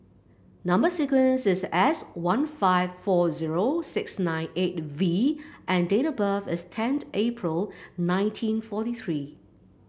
number sequence is S one five four zero six nine eight V and date of birth is tenth April nineteen forty three